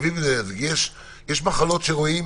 יש מחלות שרואים,